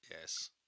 Yes